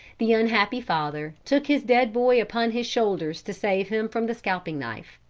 the unhappy father, took his dead boy upon his shoulders to save him from the scalping knife.